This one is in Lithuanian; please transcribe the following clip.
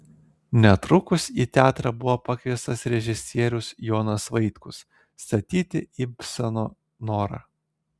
netrukus į teatrą buvo pakviestas režisierius jonas vaitkus statyti ibseno norą